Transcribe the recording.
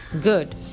good